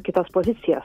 kitas pozicijas